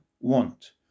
want